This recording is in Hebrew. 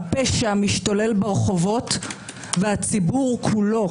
הפשע משתולל ברחובות והציבור כולו,